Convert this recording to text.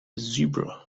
zebra